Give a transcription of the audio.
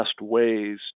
ways